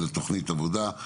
ולתוכנית עבודה.